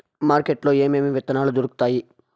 market లో ఏమేమి విత్తనాలు దొరుకుతాయి